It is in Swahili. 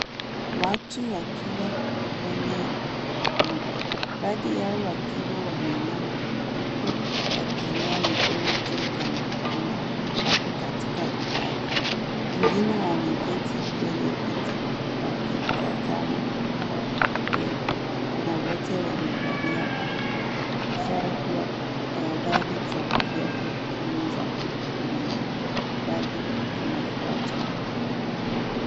Watu wakiwa kwenye ukumbi. Baadhi yao wakiwa wameinama huku wakiinua mikono juu kana kwamba wako katika ibada. Wengine wameketi kwenye viti wakitazama. Na wote wamevalia barakoa. Ishara kuwa tahadhari za kiafya kama za COVID-19 bado zinafuatwa.